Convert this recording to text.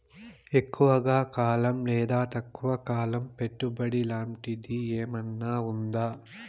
ఎక్కువగా కాలం లేదా తక్కువ కాలం పెట్టుబడి లాంటిది ఏమన్నా ఉందా